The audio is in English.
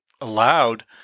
allowed